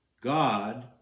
God